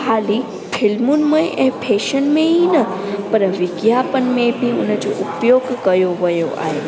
ख़ाली फिल्मुनि में ऐं फैशन में ई न पर विज्ञापन में बि हुनजो उपयोग कयो वियो आहे